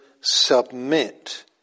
submit